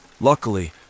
Luckily